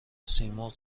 سیمرغ